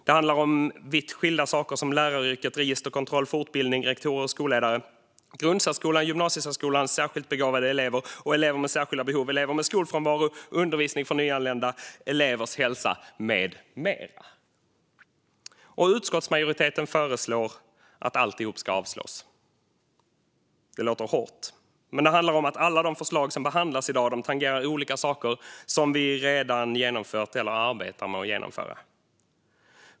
De handlar om vitt skilda saker som läraryrket, registerkontroll, fortbildning, rektorer och skolledare, grundsärskolan och gymnasiesärskolan, särskilt begåvade elever och elever med särskilda behov, elever med skolfrånvaro, undervisning för nyanlända, elevers hälsa med mera. Utskottsmajoriteten föreslår att alltihop ska avslås. Det låter hårt, men det handlar om att alla de förslag som behandlas i dag tangerar olika saker som vi redan har genomfört eller arbetar med att genomföra.